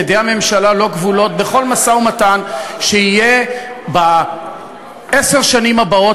ידי הממשלה לא כבולות בכל משא-ומתן שיהיה בעשר השנים הבאות,